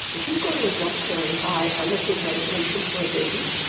if you go to a drug store and buy a liquid medication for a baby,